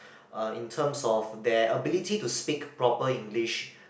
uh in terms of their ability to speak proper English